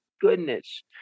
goodness